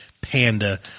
panda